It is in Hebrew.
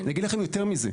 אני אגיד לכם יותר מזה.